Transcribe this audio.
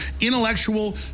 intellectual